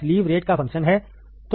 यह slew rate का function है